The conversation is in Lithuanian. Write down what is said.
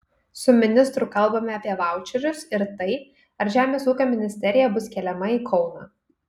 su ministru kalbame apie vaučerius ir tai ar žemės ūkio ministerija bus keliama į kauną